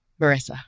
marissa